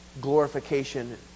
glorification